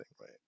right